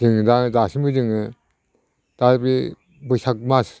जोङो दा दासिमबो जों दा बे बैसाग मास